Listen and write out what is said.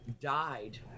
died